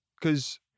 because-